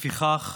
לפיכך,